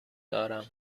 دارم